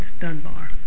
dunbar